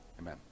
Amen